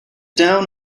down